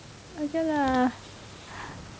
okay lah